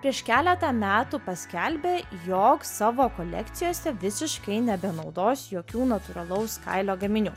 prieš keletą metų paskelbė jog savo kolekcijose visiškai nebenaudos jokių natūralaus kailio gaminių